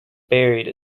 buried